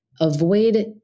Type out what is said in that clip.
avoid